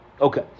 Okay